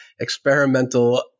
experimental